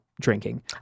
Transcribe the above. drinking